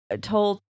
told